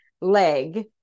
leg